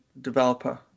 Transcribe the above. developer